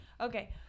okay